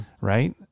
right